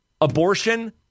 abortion